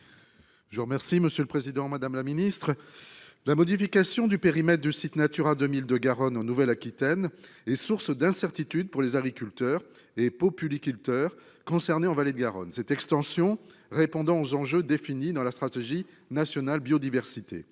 remercie monsieur le Président Madame la Ministre. La modification du périmètre de site Natura 2002 Garonne en Nouvelle Aquitaine et source d'incertitude pour les agriculteurs et populi culteurs concernés en vallée de Garonne cette extension répondant aux enjeux définis dans la stratégie nationale de biodiversité